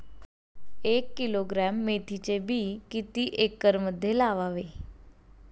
एक किलोग्रॅम मेथीचे बी किती एकरमध्ये लावावे?